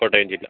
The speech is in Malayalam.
കോട്ടയം ജില്ല